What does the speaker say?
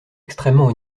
extrêmement